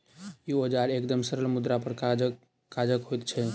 ई औजार एकदम सरल मुदा बड़ काजक होइत छै